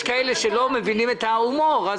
יש מי שלא מבינים את ההומור.